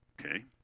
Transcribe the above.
okay